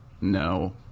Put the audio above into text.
no